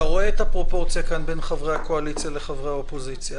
אתה רואה את הפרופורציה כאן בין חברי הקואליציה לחברי האופוזיציה,